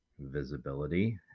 visibility